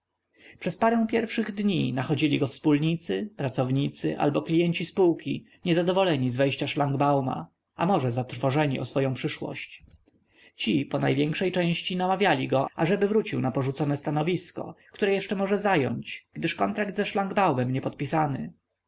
przez parę pierwszych dni nachodzili go wspólnicy pracownicy albo klienci spółki niezadowoleni z wejścia szlangbauma a może zatrwożeni o swoję przyszłość ci ponajwiększej części namawiali go ażeby wrócił na porzucone stanowisko które jeszcze może zająć gdyż kontrakt ze szlangbaumem nie podpisany